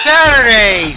Saturday